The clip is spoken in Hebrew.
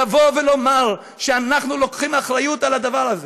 לומר שאנחנו לוקחים אחריות לדבר הזה.